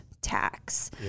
tax